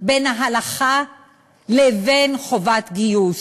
בין ההלכה לבין חובת גיוס,